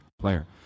player